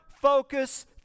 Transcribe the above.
focus